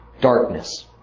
Darkness